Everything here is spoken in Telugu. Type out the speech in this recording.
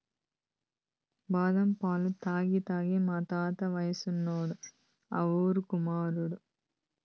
బాదం పాలు తాగి తాగి మా తాత వయసోడైనాడు ఆ ఊరుకుమాడు